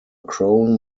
crown